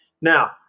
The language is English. Now